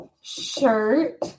shirt